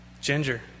Ginger